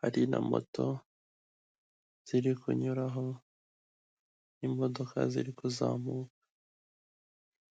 hari na moto ziri kunyuraho, imodoka ziri kuzamuka.